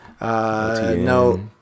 No